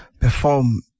perform